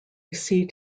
seat